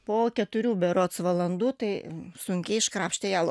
po keturių berods valandų tai sunkiai iškrapštė ją